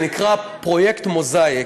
זה נקרא פרויקט Mosaic.